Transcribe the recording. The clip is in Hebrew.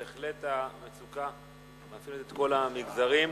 בהחלט, המצוקה מייצגת את כל המגזרים.